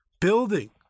Building